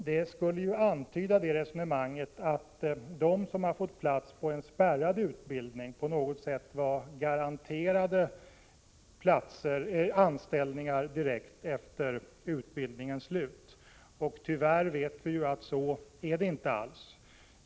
Resonemanget antyder ju att de som fått plats på en spärrad utbildning på något sätt var garanterade anställningar direkt efter utbildningens slut, men tyvärr vet vi att det inte alls är så.